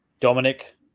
Dominic